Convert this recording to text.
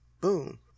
Boom